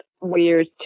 weird